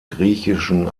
griechischen